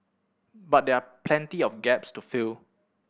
but there are plenty of gaps to fill